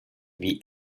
wie